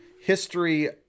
history